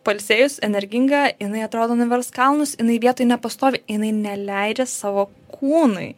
pailsėjus energinga jinai atrodo nuvers kalnus jinai vietoj nepastovi jinai neleidžia savo kūnui